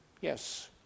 Yes